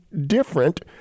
different